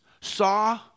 saw